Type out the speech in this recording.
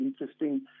interesting